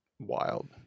wild